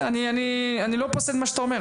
אני לא פוסל את מה שאתה אומר,